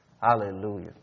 Hallelujah